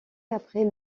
après